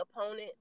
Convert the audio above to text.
opponent